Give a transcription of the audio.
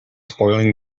spoiling